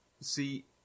see